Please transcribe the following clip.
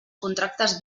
contractes